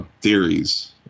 theories